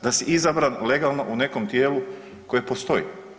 Da si izabran legalno u nekom tijelu koje postoji.